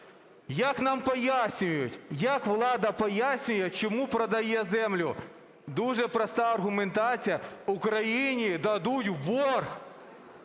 Як нам пояснюють, як влада пояснює, чому продає землю, дуже проста аргументація: Україні дадуть в борг,